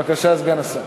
בבקשה, סגן השר.